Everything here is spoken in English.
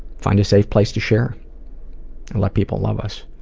find a safe place to share. and let people love us.